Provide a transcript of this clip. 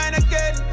again